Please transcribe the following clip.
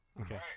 Okay